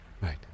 Right